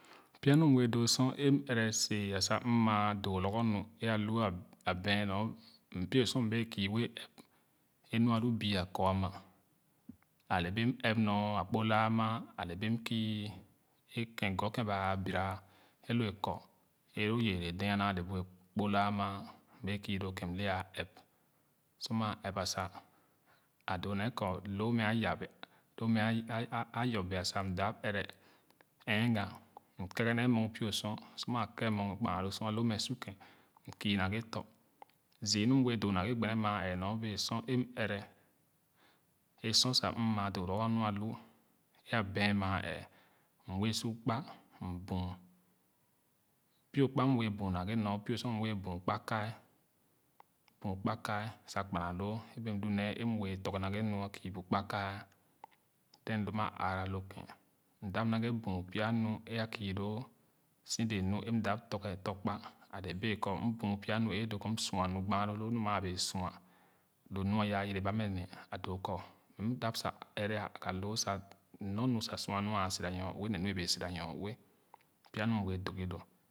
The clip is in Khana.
Die nu m bee doo sor m ɛrɛ sẽẽla sa m ma doo lorgor nu e alu abɛɛn nor pie sor m bẽẽ kii wɛɛ ɛp nyo akpo laamaa ale bee m kii e ken gor ken ba bira elo akor a lo yere dee ma le bu akpo laamaa m bea kü lo keh m lɛɛa ɛp sor ma ɛp ba sa a doo nee kɔ loo mɛ a yaabi yaabi a yaabia sa m da ɛrɛ ɛgah m keeke mug pio sor. Sor maa keeke mug kpaa lo sor lo mɛ suken m kü naghe tɔ zü nu m bee doo naghe gbene maa ɛɛ nor e. sor em ɛrɛ a sor sa m maa doo lorgor nu ahu abɛɛn maa ɛɛ m wɛɛ su kpa m buun pie kpa m wɛɛ buun naghe bere kpa kae buua kpa kpana loo bee lu nee tɔrge tɔkpa ale bee kɔ m buum pya wa doo kɔ m sua nu gbaaloo lu nu maa bee sua lo nɔa ɛya nyere ba mɛ le adoo kɔ m da sa ɛrɛ aga lo sa nornu sa sua nu a sira nyoue ne lo abee sira nyoue pya nu m wee doo gilo.